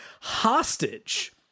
hostage